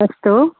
अस्तु